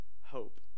hope